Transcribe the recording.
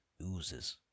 oozes